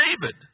David